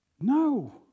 No